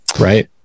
Right